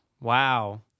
Wow